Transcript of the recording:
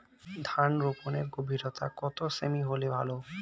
ধান রোপনের গভীরতা কত সেমি হলে ভালো?